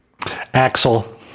Axel